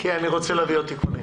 כי אני רוצה להביא עוד תיקונים.